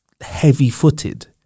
heavy-footed